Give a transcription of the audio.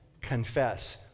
confess